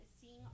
seeing